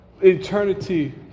eternity